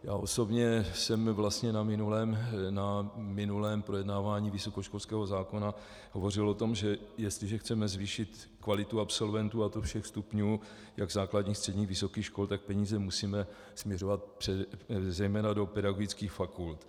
Já osobně jsem vlastně na minulém projednání vysokoškolského zákona hovořil o tom, že jestliže chceme zvýšit kvalitu absolventů, a to všech stupňů jak základních, středních, vysokých škol, tak peníze musíme směřovat zejména do pedagogických fakult.